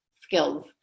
skills